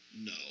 no